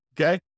Okay